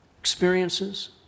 experiences